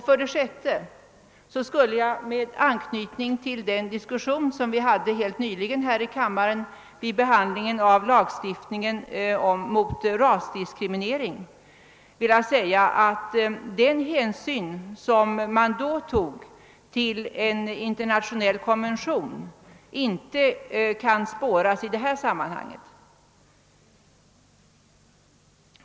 För det sjätte vill jag med anknytning till den diskussion vi förde helt nyligen här i kammaren vid behandlingen av lagstiftningen mot rasdiskriminering säga, att den hänsyn som då "togs till en internationell konvention inte kan spåras i detta fall.